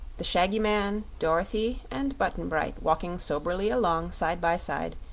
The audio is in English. the shaggy man, dorothy and button-bright walking soberly along, side by side,